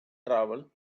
travel